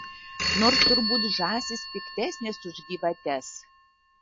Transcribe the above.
nors turbūt žąsys piktesnės už gyvates